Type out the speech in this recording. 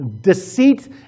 deceit